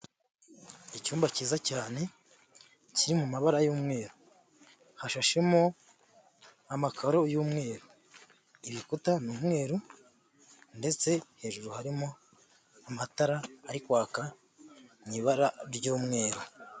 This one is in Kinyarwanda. Icyumba cyiza cyane kiri mu mabara y'umweru, hashashemo amakaro y'umweru irikuta n'umweru, ndetse hejuru harimo amatara ari kwaka mu ibara ry'umweru.